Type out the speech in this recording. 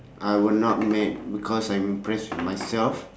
I will not mad because I'm impressed with myself